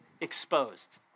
exposed